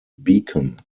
beacon